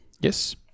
Yes